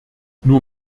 nur